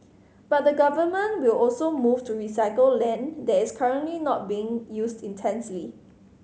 but the Government will also move to recycle land that is currently not being used intensely